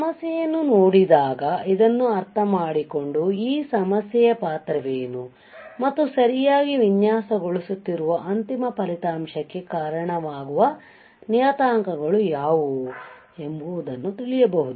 ಸಮಸ್ಯೆಯನ್ನು ನೋಡಿದಾಗ ಅದನ್ನು ಅರ್ಥಮಾಡಿಕೊಂಡು ಈ ಸಮಸ್ಯೆಯ ಪಾತ್ರವೇನು ಮತ್ತು ಸರಿಯಾಗಿ ವಿನ್ಯಾಸಗೊಳಿಸುತ್ತಿರುವ ಅಂತಿಮ ಫಲಿತಾಂಶಕ್ಕೆ ಕಾರಣವಾಗುವ ನಿಯತಾಂಕಗಳು ಯಾವುವು ಎಂಬುದನ್ನುತಿಳಿಯಬಹುದು